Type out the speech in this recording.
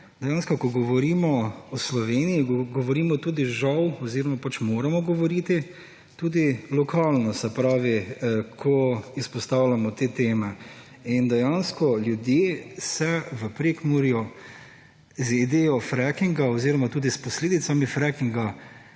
dejansko ko govorimo o Sloveniji, govorimo tudi žal oziroma pač moramo govoriti tudi lokalno, se pravi, ko izpostavljamo te teme. In dejansko ljudje se v Prekmurju z idejo frackinga oziroma tudi s posledicami frackinga